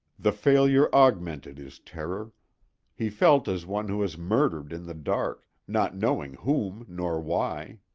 the failure augmented his terror he felt as one who has murdered in the dark, not knowing whom nor why.